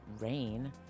rain